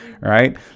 right